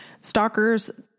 stalkers